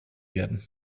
werden